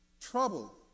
trouble